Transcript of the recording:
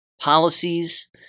policies